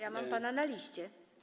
Ja mam pana na liście.